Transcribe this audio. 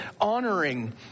honoring